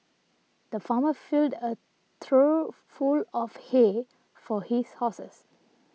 the farmer filled a trough full of hay for his horses